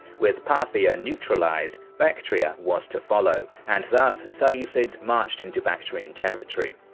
with parthia neutralized, bactria was to follow, and thus seleucids marched into bactrian territory.